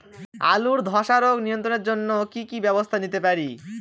আলুর ধ্বসা রোগ নিয়ন্ত্রণের জন্য কি কি ব্যবস্থা নিতে পারি?